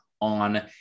on